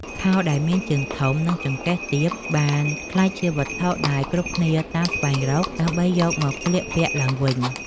ខោដែលមានជើងធំ និងចង្កេះទាបបានក្លាយជាវត្ថុដែលគ្រប់គ្នាតាមស្វែងរក ដើម្បីយកមកស្លៀកពាក់ឡើងវិញ។